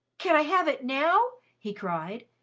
can i have it now? he cried.